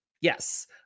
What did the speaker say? Yes